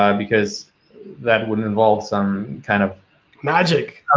um because that would involve some kind of magic.